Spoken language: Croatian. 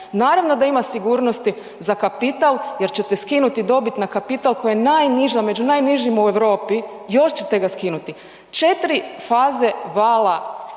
naravno da ima sigurnosti za kapital jer ćete skinuti dobiti na kapital koji je najniži, među najnižim u Europi, još ćete ga skinuti. 4 faze vala